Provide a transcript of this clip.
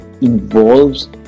involves